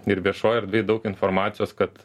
ir viešoj erdvėj daug informacijos kad